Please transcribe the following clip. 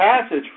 passage